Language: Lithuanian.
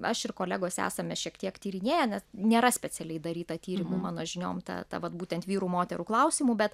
aš ir kolegos esame šiek tiek tyrinėję nes nėra specialiai daryta tyrimų mano žiniom ta ta vat būtent vyrų moterų klausimu bet